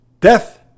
Death